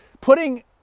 putting